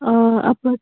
آ اَپٲرۍ